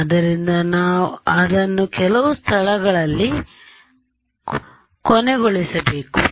ಆದ್ದರಿಂದ ನಾನು ಅದನ್ನು ಕೆಲವು ಸ್ಥಳದಲ್ಲಿ ಕೊನೆಗೊಳಿಸಬೇಕು